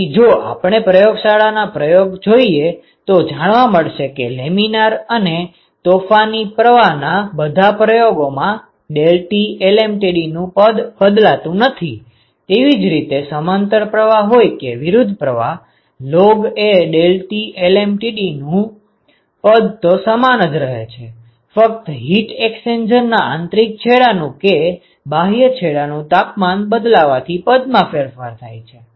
તેથી જો આપણે પ્રયોગશાળાના પ્રયોગ જોઈએ તો જાણવા મળશે કે લેમિનાર અને તોફાની પ્રવાહના બધા પ્રયોગોમાં deltaT lmtd નું પદ બદલતું નથી તેવી જ રીતે સમાંતર પ્રવાહ હોય કે વિરુદ્ધ પ્રવાહ log a delta T lmtd નું પદ તો સમાન જ રહે છે ફક્ત હીટ એક્સ્ચેન્જરના આંતરિક છેડાનું કે બાહ્ય છેડાનું તાપમાન બદલવાથી પદમાં ફેરફાર થાય છે